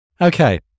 Okay